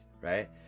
right